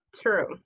True